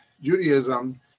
Judaism